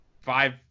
five –